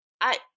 I-